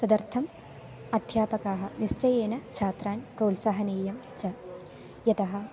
तदर्थम् अध्यापकाः निश्चयेन छात्रान् प्रोत्साहनीयं च यतः